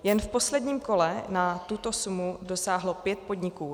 Jen v posledním kole na tuto sumu dosáhlo pět podniků.